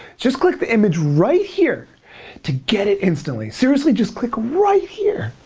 just click the image right here to get it instantly. seriously, just click right here.